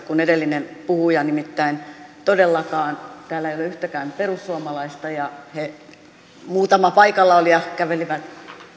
kuin edellinen puhuja nimittäin todellakaan täällä ei ole yhtäkään perussuomalaista ja muutamat paikalla olijat kävelivät